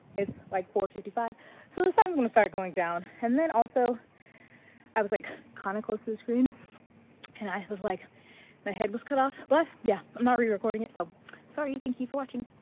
it's like four fifty five so the sun's gonna start going down and then also i was like kind of close to the screen and i was like my head was cut off but yeah i'm not re-recording it, so sorry. thank you for watching!